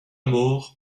mort